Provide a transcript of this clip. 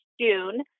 June